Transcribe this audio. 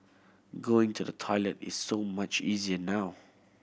going to the toilet is so much easier now